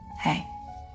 hey